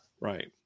Right